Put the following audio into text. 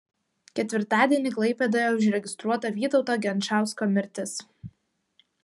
ketvirtadienį klaipėdoje užregistruota vytauto genčausko mirtis